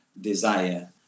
desire